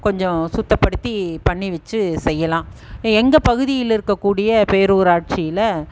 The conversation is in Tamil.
கொஞ்சம் சுத்தப்படுத்தி பண்ணி வைச்சு செய்யலாம் எங்கள் பகுதியில் இருக்கக்கூடிய பேரூராட்சியில்